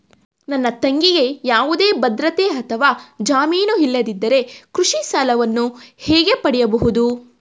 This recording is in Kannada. ನನ್ನ ತಂಗಿಗೆ ಯಾವುದೇ ಭದ್ರತೆ ಅಥವಾ ಜಾಮೀನು ಇಲ್ಲದಿದ್ದರೆ ಕೃಷಿ ಸಾಲವನ್ನು ಹೇಗೆ ಪಡೆಯಬಹುದು?